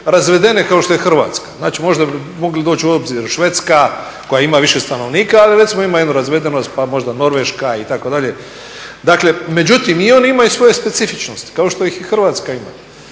razvedene kao što je Hrvatska, znači možda bi mogla doći u obzir Švedska koja ima više stanovnika, ali recimo ima jednu razvedenost pa možda Norveška itd. Međutim i one imaju svoje specifičnosti kao što ih i Hrvatska ima.